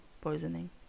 poisoning